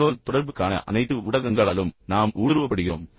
தகவல் தொடர்புக்கான அனைத்து ஊடகங்களாலும் நாம் ஊடுருவப்படுகிறோம்